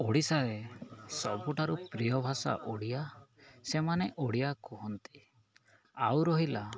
ଓଡ଼ିଶାରେ ସବୁଠାରୁ ପ୍ରିୟ ଭାଷା ଓଡ଼ିଆ ସେମାନେ ଓଡ଼ିଆ କୁହନ୍ତି ଆଉ ରହିଲା